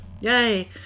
yay